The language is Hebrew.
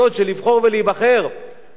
הכנסת החליטה שאנחנו מונעים את זאת,